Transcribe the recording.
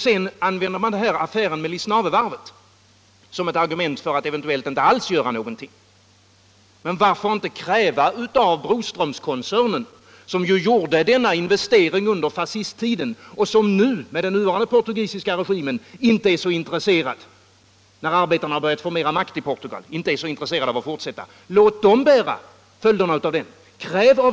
Sedan använder man affären med Lisnavevarvet som ett argument för att eventuellt inte alls göra någonting. Broströmskoncernen gjorde denna investering under fascisttiden, men under den nuvarande portugisiska regimen, när arbetarna har börjat få mera makt i Portugal, är den inte så intresserad av att fortsätta. Låt Broströmskoncernen bära följderna!